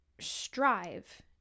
strive